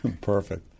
Perfect